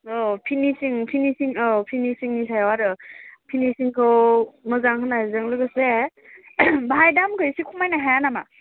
औ फिनिसिं फिनिसिं औ फिनिसिंनि सायाव आरो फिनिसिंखौ मोजां होनायजों लोगोसे बाहाय दामखो एसे खमायनो हाया नामा